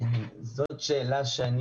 זאת שאלה שאני